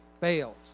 fails